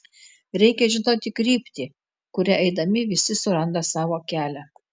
reikia žinoti kryptį kuria eidami visi suranda savo kelią